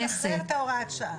--- לשחרר את הוראת השעה.